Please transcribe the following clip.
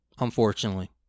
unfortunately